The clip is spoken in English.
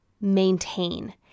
maintain